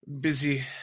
Busy